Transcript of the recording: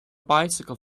bicycle